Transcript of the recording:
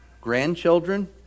grandchildren